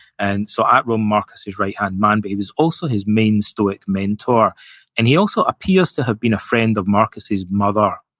and so, at rome, marcus's right hand man, but he was also his main stoic mentor and he also appears to have been a friend of marcus's mother,